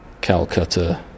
Calcutta